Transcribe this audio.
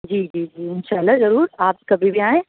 جی جی جی اِنشاء اللہ ضرور آپ کبھی بھی آئیں